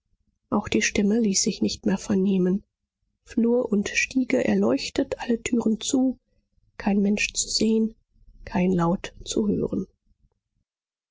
auch die stimme ließ sich nicht mehr vernehmen flur und stiege erleuchtet alle türen zu kein mensch zu sehen kein laut zu hören